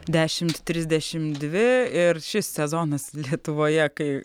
dešimt trisdešimt dvi ir šis sezonas lietuvoje kai